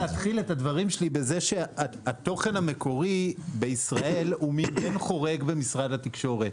הדברים שלי בכך שהתוכן המקורי בישראל הוא מין בן חורג במשרד התקשורת.